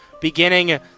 beginning